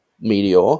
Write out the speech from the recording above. Meteor